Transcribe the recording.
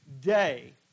day